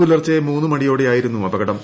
പുലർച്ചെ മൂന്ന് മണിയോടെയായിരുന്നു അപകടം